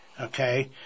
Okay